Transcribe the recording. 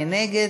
מי נגד?